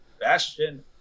Bastion